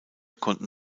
konnten